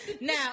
now